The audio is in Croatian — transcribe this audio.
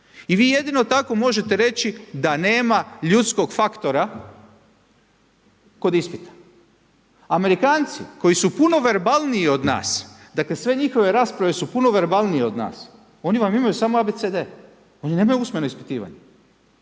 I vi jedino tako možete reći da nema ljudskog faktora kod ispita. Amerikanci koji su puno verbalniji od nas, dakle sve njihove rasprave su puno verbalnije od nas, oni vam imaju samo a, b, c d, oni nemaju usmeno ispitivanja